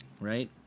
right